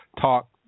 talk